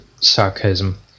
sarcasm